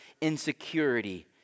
insecurity